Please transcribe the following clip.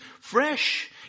fresh